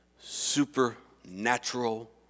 supernatural